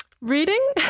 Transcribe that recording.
Reading